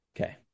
Okay